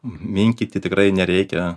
minkyti tikrai nereikia